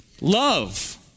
Love